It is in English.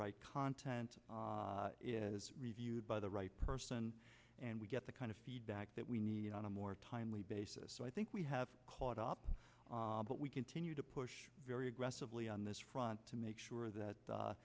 right content is reviewed by the right person and we get the kind of feedback that we need on a more timely basis so i think we have caught up but we continue to push very aggressively on this front to make sure that